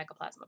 mycoplasma